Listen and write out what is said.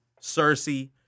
Cersei